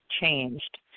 changed